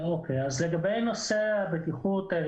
לגבי נושא הבטיחות.